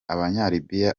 libya